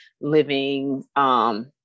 living